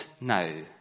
now